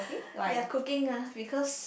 ya cooking ah because